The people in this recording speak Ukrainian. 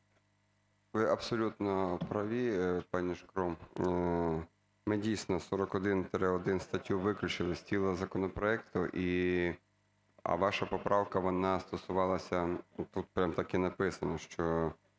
ви абсолютно праві, пані Шкрум, ми, дійсно, 41-1 статтю виключили з тіла законопроекту. І ваша поправка вона стосувалася, тут прямо так і написано, що